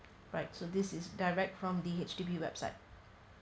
right so this is direct from the H_D_B website